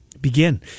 begin